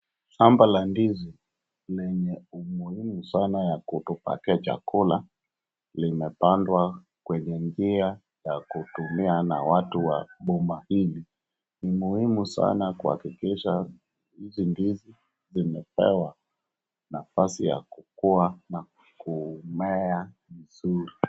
Shamba la ndizi lenye umuhimu sana kutupatia chakula limepandwa kwenye njia ya kutumia na watu boma hili. Ni muhimu sana kuhakikisha hizi ndizi zimepewa nafasi ya kukua na kumea vizuri.